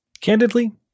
Candidly